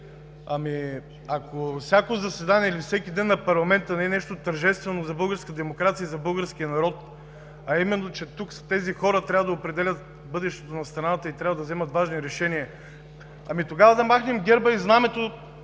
Ако всяко заседание или всеки ден на парламента не е нещо тържествено за българската демокрация и за българския народ, а именно, че тук тези хора трябва да определят бъдещето на страната и да вземат важни решения, тогава да махнем герба и знамето,